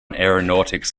aeronautics